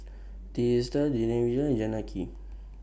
Teesta Davinder Janaki